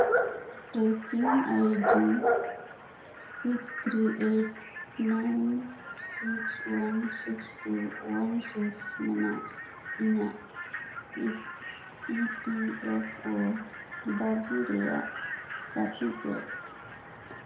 trekking ID six three eight nine six one six one six two one six ᱢᱮᱱᱟᱜ ᱤᱧᱟᱹᱜ E P F O ᱫᱟᱹᱵᱤ ᱨᱮᱭᱟᱜ ᱥᱟᱛᱷᱤ ᱪᱮᱫ